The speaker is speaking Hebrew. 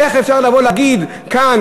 איך אפשר לבוא להגיד כאן,